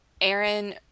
Aaron